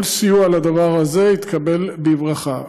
כל סיוע לדבר הזה יתקבל בברכה.